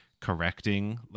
correcting